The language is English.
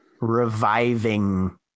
reviving